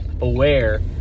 aware